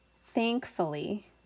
thankfully